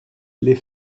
les